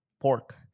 Pork